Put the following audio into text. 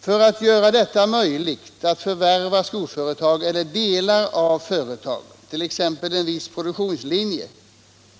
För att göra det möjligt att förvärva skoföretag eller delar av företag, t.ex. en viss produktionslinje,